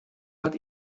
hat